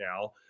now